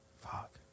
fuck